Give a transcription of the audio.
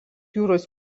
jūros